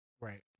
Right